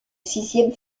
sixième